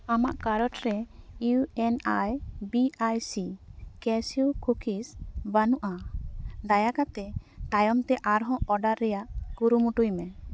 ᱟᱢᱟᱜ ᱠᱟᱨᱚᱴᱨᱮ ᱤᱭᱩ ᱮᱱ ᱟᱭ ᱵᱤ ᱟᱭ ᱥᱤ ᱠᱮᱥᱤᱣ ᱠᱩᱠᱤᱡᱽ ᱵᱟᱹᱱᱩᱜᱼᱟ ᱫᱟᱭᱟ ᱠᱟᱛᱮᱫ ᱛᱟᱭᱚᱢᱛᱮ ᱟᱨᱦᱚᱸ ᱚᱰᱟᱨ ᱨᱮᱭᱟᱜ ᱠᱩᱨᱩᱢᱩᱴᱩᱭ ᱢᱮ